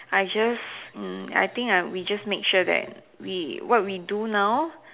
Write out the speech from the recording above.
I just mm I think I we just make sure that we what we do now